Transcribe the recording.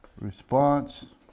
response